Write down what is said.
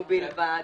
מה הבעיה?